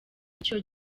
icyo